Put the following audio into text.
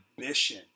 ambition